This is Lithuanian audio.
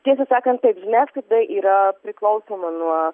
tiesą sakant taip žiniasklaida yra priklausoma nuo